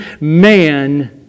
man